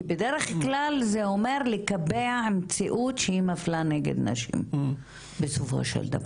כי בדרך-כלל זה אומר לקבע מציאות שהיא מפלה נגד נשים בסופו של דבר.